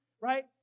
right